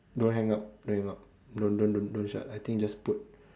don't hang up don't hang up don't don't shut I think just put